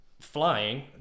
flying